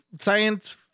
science